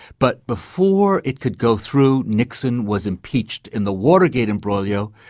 but before it could go through, nixon was impeached in the watergate imbroglio.